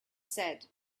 said